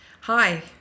Hi